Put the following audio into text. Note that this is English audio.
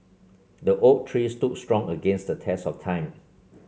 the oak tree stood strong against the test of time